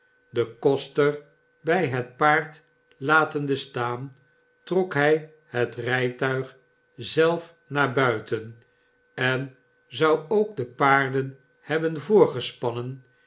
den koster bij het paard latende staan trok hij het rijtuig zelf naar buiten en zou k de paarden hebben